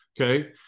okay